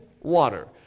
water